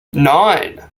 nine